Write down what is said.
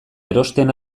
erosten